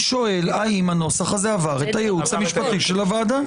האם הנוסח הזה עבר את הייעוץ המשפטי של הועדה?